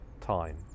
time